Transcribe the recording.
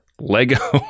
Lego